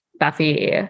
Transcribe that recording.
Buffy